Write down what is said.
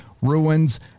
ruins